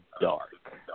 dark